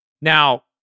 Now